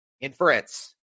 inference